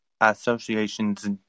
associations